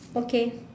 okay